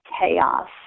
chaos